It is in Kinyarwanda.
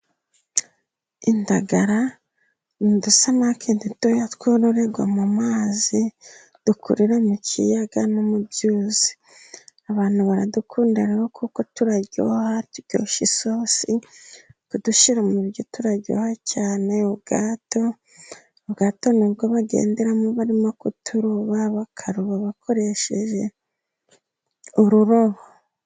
Indagara ni udusamaki dutoya, twororerwa mu mazi, dukurira mu kiyaga no mu byuzi. Abantu baradukunda rero, kuko turaryoha, turyoshya isosi. Kudushyira mu biryo turaryoha cyane. Ubwato, ubwato nibwo bagenderamo barimo kuturoba, bakaroba bakoresheje ururobo.